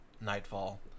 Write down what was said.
nightfall